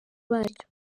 baryo